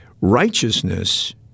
Righteousness